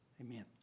Amen